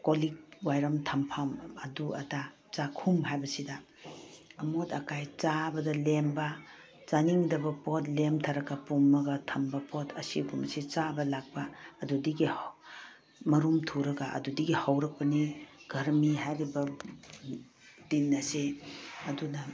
ꯀꯣꯜꯂꯤꯛ ꯋꯥꯏꯔꯝ ꯊꯝꯐꯝ ꯑꯗꯨ ꯑꯗꯥ ꯆꯥꯛꯈꯨꯝ ꯍꯥꯏꯕꯁꯤꯗ ꯑꯃꯣꯠ ꯑꯀꯥꯏ ꯆꯥꯕꯗ ꯂꯦꯝꯕ ꯆꯥꯅꯤꯡꯗꯕ ꯄꯣꯠ ꯂꯦꯝꯙꯔꯒ ꯄꯨꯝꯃꯒ ꯊꯝꯕ ꯄꯣꯠ ꯑꯁꯤꯒꯨꯝꯕꯁꯤ ꯆꯥꯕ ꯂꯥꯛꯄ ꯑꯗꯨꯗꯒꯤ ꯃꯔꯨꯝ ꯊꯨꯔꯒ ꯑꯗꯨꯗꯒꯤ ꯍꯧꯔꯛꯄꯅꯤ ꯈꯔꯃꯤ ꯍꯥꯏꯔꯤꯕ ꯇꯤꯟ ꯑꯁꯤ ꯑꯗꯨꯅ